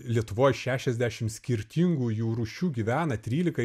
lietuvoj šešiasdešim skirtingų jų rūšių gyvena trylikai